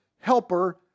helper